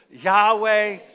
Yahweh